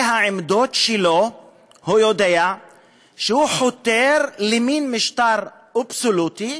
העמדות שלו יודע שהוא חותר למין משטר אבסולוטי,